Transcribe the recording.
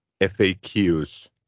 FAQs